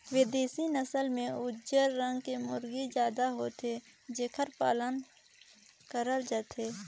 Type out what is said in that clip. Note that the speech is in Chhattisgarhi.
बिदेसी नसल में उजर रंग के मुरगा जादा होथे जेखर पालन करल जाथे